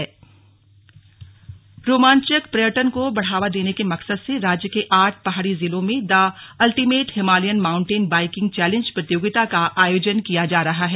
M T B challenge रोमांचक पर्यटन को बढ़ावा देने के मकसद से राज्य के आठ पहाड़ी जिलों में the ultimate Himalayan mountain biking challenge प्रतियोगिता का आयोजन किया जा रहा है